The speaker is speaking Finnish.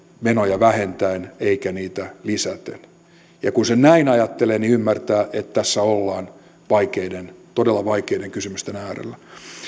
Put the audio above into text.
menoja vähentäen eikä niitä lisäten kun sen näin ajattelee niin ymmärtää että tässä ollaan vaikeiden todella vaikeiden kysymysten äärellä